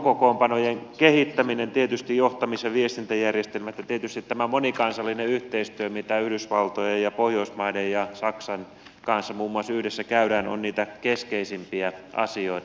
joukkokokoonpanojen kehittäminen tietysti johtamis ja viestintäjärjestelmät ja tietysti tämä monikansallinen yhteistyö mitä muun muassa yhdysvaltojen pohjoismaiden ja saksan kanssa yhdessä käydään ovat niitä keskeisimpiä asioita